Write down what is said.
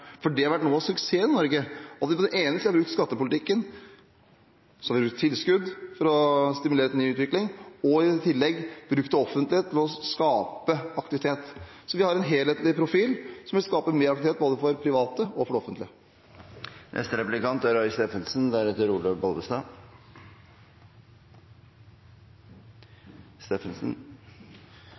i Norge har vært at vi på den ene siden har brukt skattepolitikken, så har vi brukt tilskudd for å stimulere til ny utvikling – og i tillegg brukt det offentlige til å skape aktivitet. Vi har en helhetlig profil, som vil skape mer aktivitet både for private og for det offentlige. Jeg har registrert svært liten medieinteresse for Senterpartiets alternative budsjett. Det er